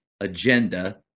agenda